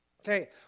okay